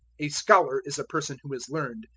a scholar is a person who is learned,